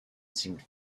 seemed